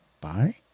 Bye